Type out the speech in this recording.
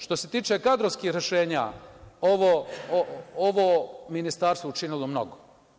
Što se tiče kadrovskih rešenja, ovo ministarstvo je učinilo mnogo.